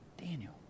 Daniel